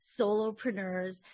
solopreneurs